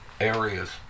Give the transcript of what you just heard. areas